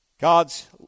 God's